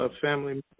family